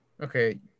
Okay